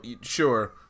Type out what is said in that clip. Sure